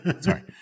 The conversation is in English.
sorry